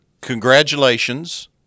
Congratulations